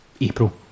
April